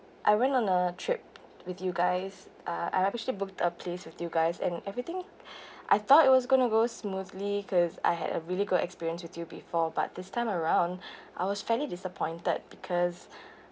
I went on a trip with you guys uh I actually booked a place with you guys and everything I thought it was going to go smoothly cause I had a really good experience with you before but this time around I was fairly disappointed because